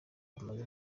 bumaze